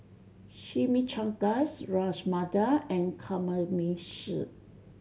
Chimichangas Ras Malai and Kamameshi